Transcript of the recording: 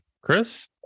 Chris